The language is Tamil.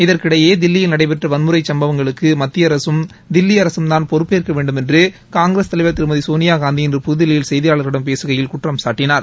இதற்கிடையே தில்லியில் நடைபெற்ற வன்முறைச் சம்பவங்களுக்கு மத்திய அரசும் தில்லி அரசும்தான் பொறுப்பேற்க வேண்டுமென்று காங்கிரஸ் தலைவர் திருமதி சோனியாகாந்தி இன்று புதுதில்லியில் செய்தியாளர்களிடம் பேசுகையில் குற்றம் சாட்டினார்